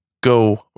go